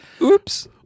oops